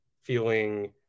feeling